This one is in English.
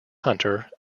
hunter